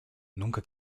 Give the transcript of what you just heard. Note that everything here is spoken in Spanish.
nunca